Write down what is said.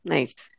Nice